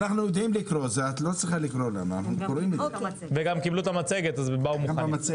הם קיבלו את המצגת, אז הם באו מוכנים.